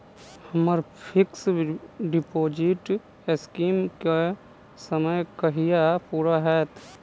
हम्मर fix deposit scheme केँ समय कहिया पूरा हैत?